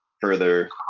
further